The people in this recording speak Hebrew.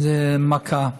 זה מכה.